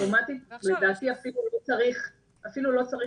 לדעתי אפילו לא צריך החלטה,